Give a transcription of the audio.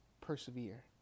persevere